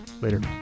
Later